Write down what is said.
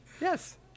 Yes